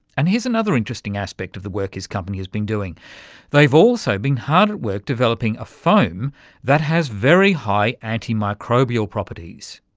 and here's another interesting aspect of the work his company has been doing they've also been hard at work developing a foam that has very high anti-microbial properties.